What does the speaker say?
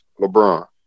LeBron